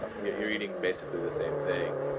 you're you're reading basically the same thing